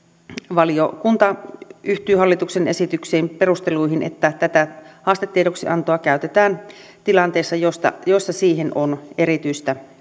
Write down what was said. valiokunta yhtyy hallituksen esityksen perusteluihin että tätä haastetiedoksiantoa käytetään tilanteessa jossa siihen on erityistä